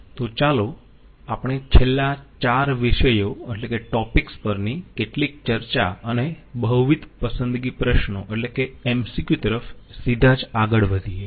તો ચાલો આપણે છેલ્લા 4 વિષયો પરની કેટલીક ચર્ચા અને બહુવિધ પસંદગી પ્રશ્નો તરફ સીધા જ આગળ વધીયે